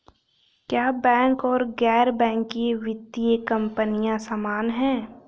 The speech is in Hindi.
क्या बैंक और गैर बैंकिंग वित्तीय कंपनियां समान हैं?